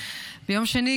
ביום שני,